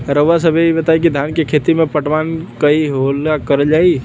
रउवा सभे इ बताईं की धान के खेती में पटवान कई हाली करल जाई?